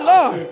Lord